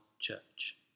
church